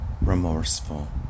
remorseful